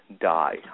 die